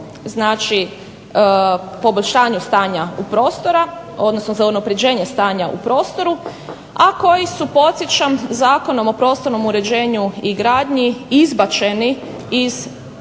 o poboljšanja stanja u prostoru odnosno za unapređenje stanja u prostoru a koji su podsjećam Zakonom o prostornom uređenju i gradnji izbačeni iz zakona